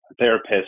therapist